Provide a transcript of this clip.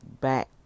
back